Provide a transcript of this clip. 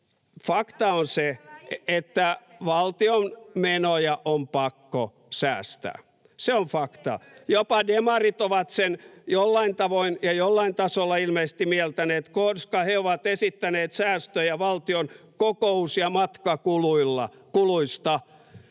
Fakta on se, että valtion menoja on pakko säästää. Se on fakta. Jopa demarit ovat sen jollain tavoin ja jollain tasolla ilmeisesti mieltäneet, koska he ovat esittäneet säästöjä valtion kokous- ja matkakuluista.